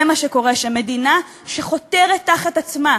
זה מה שקורה כשמדינה חותרת תחת עצמה,